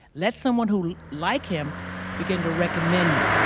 let someone who like him begin to recommend you.